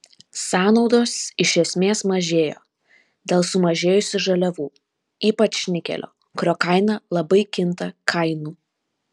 sąnaudos iš esmės mažėjo dėl sumažėjusių žaliavų ypač nikelio kurio kaina labai kinta kainų